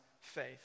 faith